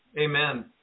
Amen